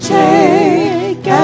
take